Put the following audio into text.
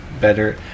Better